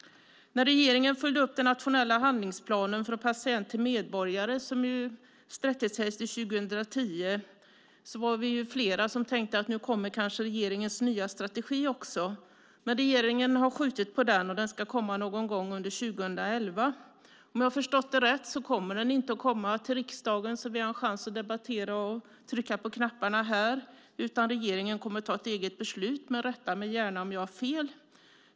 När regeringen följde upp den nationella handlingsplanen Från patient till medborgare som sträckte sig till 2010 var vi flera som tänkte sig att nu kommer kanske regeringens nya strategi. Men regeringen har skjutit på det, och den ska komma någon gång under 2011. Om jag förstått det rätt kommer den inte att komma till riksdagen så att vi får en chans att debattera och trycka på knapparna här, utan regeringen kommer att ta eget beslut. Rätta mig gärna om jag har fel.